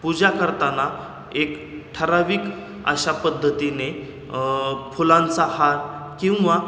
पूजा करताना एक ठराविक अशा पद्धतीने फुलांचा हार किंवा